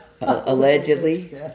Allegedly